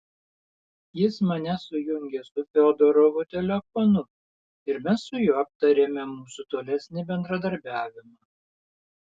jis mane sujungė su fiodorovu telefonu ir mes su juo aptarėme mūsų tolesnį bendradarbiavimą